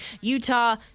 Utah